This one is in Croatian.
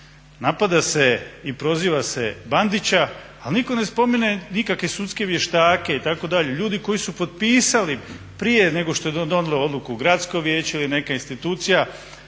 Napada se i proziva se Bandića, ali nitko ne spominje nikakve sudske vještake itd., ljude koji su potpisali prije nego što je donijelo odluku gradsko vijeće ili neka institucija